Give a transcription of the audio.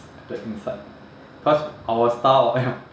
inside cause our style ya